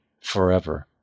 forever